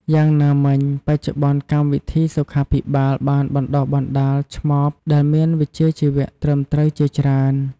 យ៉ាងណាមិញ បច្ចុប្បន្នកម្មវិធីសុខាភិបាលបានបណ្តុះបណ្ដាលឆ្មបដែលមានវិជ្ជាជីវៈត្រឹមត្រូវជាច្រើន។